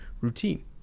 routine